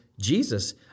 Jesus